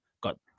got